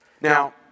Now